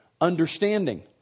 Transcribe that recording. understanding